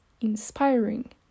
inspiring